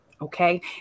Okay